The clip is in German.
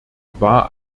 war